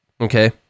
Okay